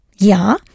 Ja